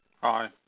Hi